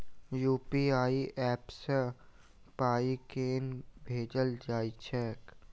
UPI app सँ पाई केना भेजल जाइत छैक?